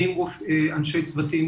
איזה קפסולות?